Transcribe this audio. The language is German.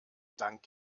dank